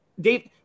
Dave